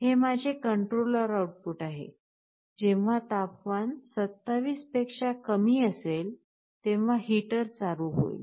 हे माझे controller output आहे जेव्हा तापमान 27 पेक्षा कमी असेल तेव्हा हीटर चालू होइल